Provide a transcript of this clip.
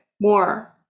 more